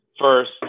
first